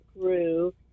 grew